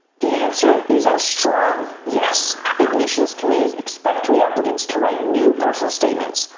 the answer is a strong yes. admissions committees expect reapplicants to write new personal statements,